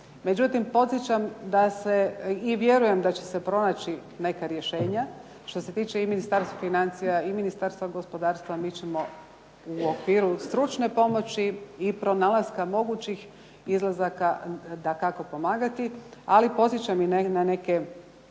Međutim, podsjećam da se i vjerujem da će se pronaći neka rješenja što se tiče i Ministarstva financija i Ministarstva gospodarstva u okviru stručne pomoći i pronalaska mogućih izlazaka dakako pomagati. Ali podsjećam na neke